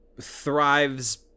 thrives